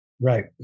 Right